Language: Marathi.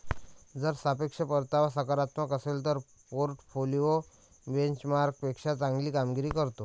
जर सापेक्ष परतावा सकारात्मक असेल तर पोर्टफोलिओ बेंचमार्कपेक्षा चांगली कामगिरी करतो